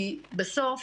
בסוף,